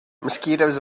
mosquitoes